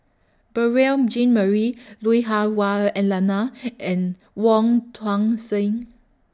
Beurel Jean Marie Lui Hah Wah Elena and Wong Tuang Seng